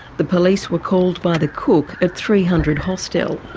the police were called by the cook at three hundred hostel.